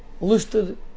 listed